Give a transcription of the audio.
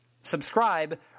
subscribe